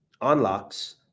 unlocks